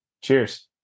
Cheers